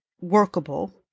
workable